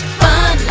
fun